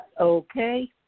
okay